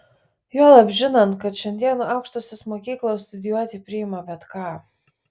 juolab žinant kad šiandien aukštosios mokyklos studijuoti priima bet ką